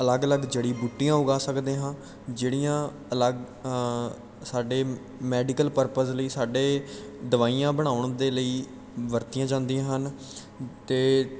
ਅਲੱਗ ਅਲੱਗ ਜੜ੍ਹੀ ਬੂਟੀਆਂ ਉਗਾ ਸਕਦੇ ਹਾਂ ਜਿਹੜੀਆਂ ਅਲੱਗ ਸਾਡੇ ਮੈਡੀਕਲ ਪਰਪਸ ਲਈ ਸਾਡੇ ਦਵਾਈਆਂ ਬਣਾਉਣ ਦੇ ਲਈ ਵਰਤੀਆਂ ਜਾਂਦੀਆਂ ਹਨ ਅਤੇ